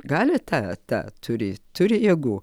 gali tą tą turi turi jėgų